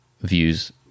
views